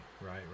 right